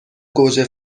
گوجه